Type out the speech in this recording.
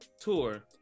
tour